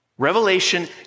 Revelation